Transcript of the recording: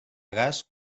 gas